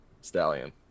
Stallion